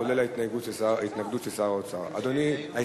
כולל ההתנגדות של שר האוצר.